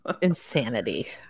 insanity